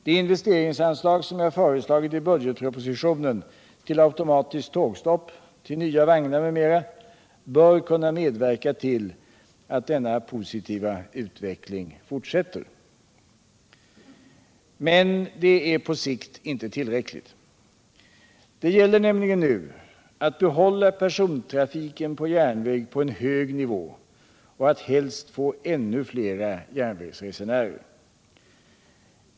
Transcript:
Det investeringsanslag som jag föreslagit i budgetpropositionen till automatiskt tågstopp, till nya vagnar m.m. bör kunna medverka till att denna positiva utveckling fortsätter. Men det är på sikt inte tillräckligt. Det gäller nämligen nu att behålla persontrafiken på järnväg på en hög nivå och att helst få ännu flera järnvägsresenärer.